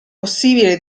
possibile